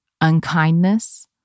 unkindness